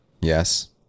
Yes